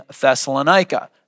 Thessalonica